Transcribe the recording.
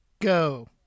Go